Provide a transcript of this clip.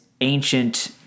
ancient